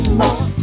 more